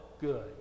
good